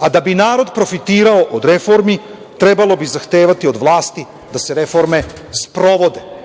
a da bi narod profitirao od reformi, trebalo bi zahtevati od vlasti da se reforme sprovode."Zato